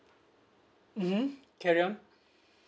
mmhmm carry on